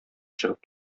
чыгып